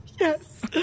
Yes